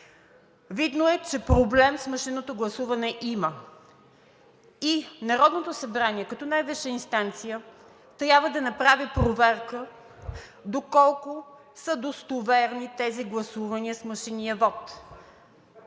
Видно е, че проблем с машинното гласуване има и Народното събрание като най-висша инстанция трябва да направи проверка доколко са достоверни тези гласувания с машинния вот.